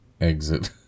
exit